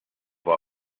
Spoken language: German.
war